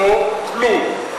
לא כלום.